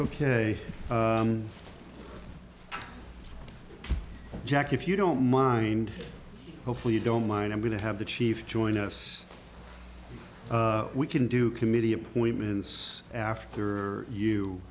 ok jack if you don't mind hopefully you don't mind i'm going to have the chief join us we can do committee appointments after you